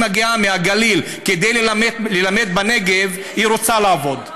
מי שמגיעה מהגליל כדי ללמד בנגב, היא רוצה לעבוד.